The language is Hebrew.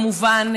כמובן,